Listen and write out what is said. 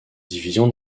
division